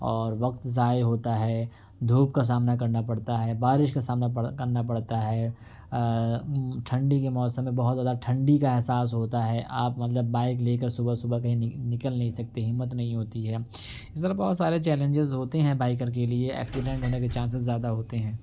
اور وقت ضائع ہوتا ہے دھوپ کا سامنا کرنا پڑتا ہے بارش کا سامنا پڑ کرنا پڑتا ہے ٹھنڈی کے موسم میں بہت زیادہ ٹھنڈی کا احساس ہوتا ہے آپ مطلب بائیک لے کر صبح صبح کہیں نکل نہیں سکتے ہمت نہیں ہوتی ہے اسی طرح بہت سارے چیلنجز ہوتے ہیں بائیکر کے لیے ایکسیڈینٹ ہونے کے چانسیز زیادہ ہوتے ہیں